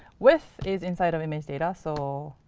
width is inside of image data. so